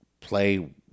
play